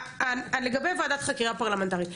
לגבי וועדת החקירה פרלמנטרית,